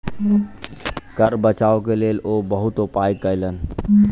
कर बचाव के लेल ओ बहुत उपाय कयलैन